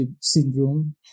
syndrome